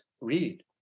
read